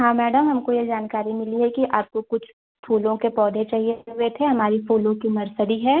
हाँ मैडम हमको ये जानकारी मिली है कि आपको कुछ फूलों के पौधे चाहिए हुए थे हमारी फूलों की नर्सरी है